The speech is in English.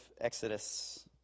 Exodus